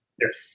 yes